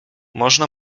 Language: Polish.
można